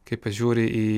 kai pažiūri į